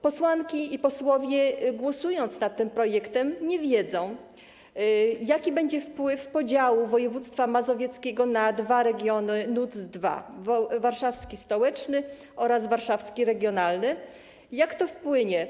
Posłanki i posłowie, głosując nad tym projektem, nie wiedzą, jaki będzie wpływ podziału województwa mazowieckiego na dwa regiony NUTS 2: warszawski stołeczny oraz warszawski regionalny, jak to wpłynie.